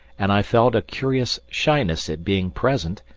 and i felt a curious shyness at being present,